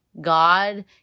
God